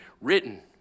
written